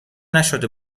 نشده